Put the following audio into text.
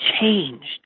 changed